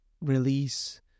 release